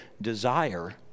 desire